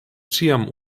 ĉiam